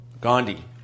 Gandhi